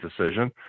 decision